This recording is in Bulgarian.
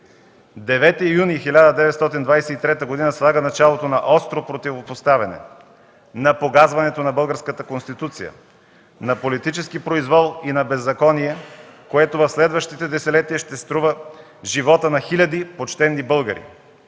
юни 1923 г. слага началото на остро противопоставяне, на погазването на Българската конституция, на политически произвол и на беззаконие, което в следващото десетилетие ще струва живота на хиляди почтени българи,